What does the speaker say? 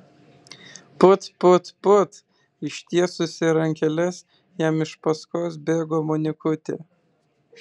put put put ištiesusi rankeles jam iš paskos bėgo monikutė